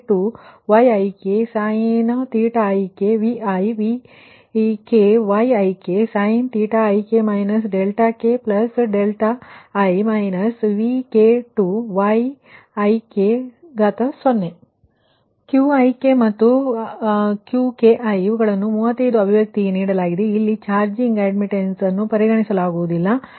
Qki Vk2|Yik| θik|Vi||Vk||Yik|ik ki Vk|2Yik0| Qik ಮತ್ತು ಅದು Qki ಇವುಗಳನ್ನು 37 ನೇ ಅಭಿವ್ಯಕ್ತಿಗೆ ನೀಡಲಾಗಿದೆ ಆದರೆ ಇಲ್ಲಿ ಚಾರ್ಜಿಂಗ್ ಅಡ್ಮಿಟೆನ್ಸ್ ವನ್ನು ಪರಿಗಣಿಸಲಾಗುವುದಿಲ್ಲ ಎಂಬುದನ್ನು ಗಮನಿಸಿ